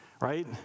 right